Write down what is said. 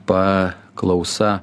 pa klausa